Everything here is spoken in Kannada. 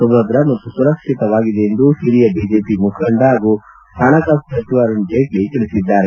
ಸುಭದ್ರ ಮತ್ತು ಸುರಕ್ಸಿತವಾಗಿದೆ ಎಂದು ಹಿರಿಯ ಬಿಜೆಪಿ ಮುಖಂಡ ಹಾಗೂ ಹಣಕಾಸು ಸಚಿವ ಅರುಣ್ ಜೇಟ್ಲಿ ಹೇಳಿದ್ದಾರೆ